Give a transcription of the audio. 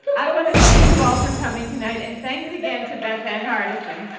i want to thank you all for coming tonight and thanks again to bethann hardison.